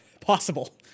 Possible